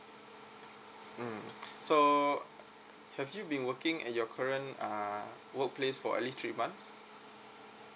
mm so have you been working at your current uh workplace for at least three months